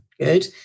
good